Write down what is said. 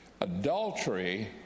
Adultery